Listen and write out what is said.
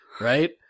right